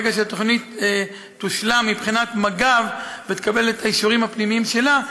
ברגע שהתוכנית תושלם מבחינת מג"ב ותקבל את האישורים הפנימיים שלה,